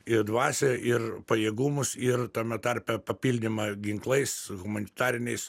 ir dvasią ir pajėgumus ir tame tarpe papildymą ginklais humanitariniais